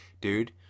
dude